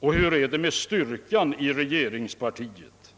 och ifrågasatt hur det är med styrkan inom regeringspartiet.